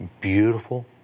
beautiful